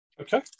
Okay